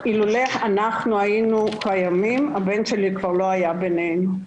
אילולא אנחנו היינו קיימים הבן שלי כבר לא היה בינינו.